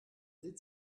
sieht